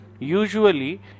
Usually